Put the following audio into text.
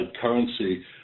currency